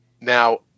Now